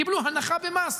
קיבלו הנחה במס.